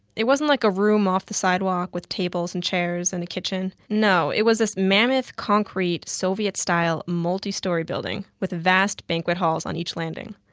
it wasn't like a room off the sidewalk, with tables and chairs, and a kitchen. no, it was this mammoth, concrete, soviet-style multi-story building, with vast banquet halls on each landing.